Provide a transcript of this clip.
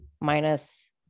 minus